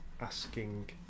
asking